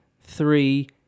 three